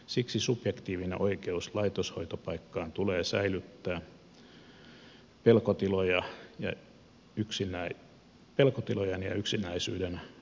siksi subjektiivinen oikeus laitoshoitopaikkaan tulee säilyttää pelkotilojen ja yksinäisyyden välttämiseksi